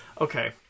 Okay